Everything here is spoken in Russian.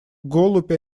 голубь